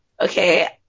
Okay